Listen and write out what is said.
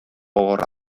gogorra